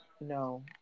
no